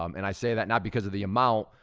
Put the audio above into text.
um and i say that not because of the amount,